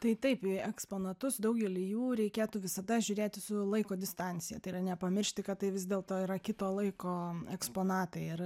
tai taip į eksponatus daugelį jų reikėtų visada žiūrėti su laiko distancija tai yra nepamiršti kad tai vis dėlto yra kito laiko eksponatai ir